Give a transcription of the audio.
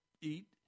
eat